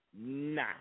Nah